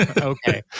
Okay